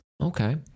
Okay